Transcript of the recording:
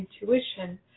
intuition